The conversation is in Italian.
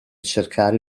cercare